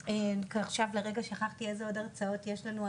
עכשיו פתאום שכחתי איזה עוד הרצאות יש לנו.